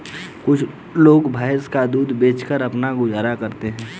कुछ लोग भैंस का दूध बेचकर अपना गुजारा करते हैं